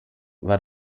war